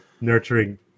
nurturing